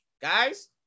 guys